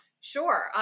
Sure